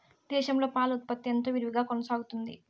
దేశంలో పాల ఉత్పత్తి ఎంతో విరివిగా కొనసాగుతోంది